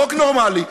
חוק נורמלי,